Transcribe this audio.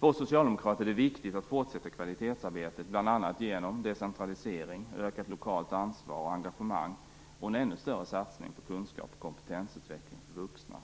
För oss socialdemokrater är det viktigt att fortsätta kvalitetsarbetet bl.a. genom decentralisering, ökat lokalt ansvar och engagemang och en ännu större satsning på kunskap och kompetensutveckling för vuxna.